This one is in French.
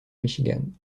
michigan